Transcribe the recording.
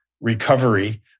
recovery